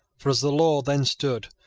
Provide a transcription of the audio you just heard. for, as the law then stood,